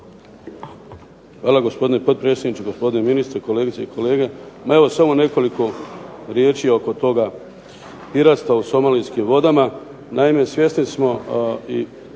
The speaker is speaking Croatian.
Hvala gospodine potpredsjedniče, gospodine ministre, kolegice i kolege. Ma evo samo nekoliko riječi oko toga piratstva u somalijskim vodama. Naime svjesni smo i